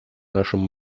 нашим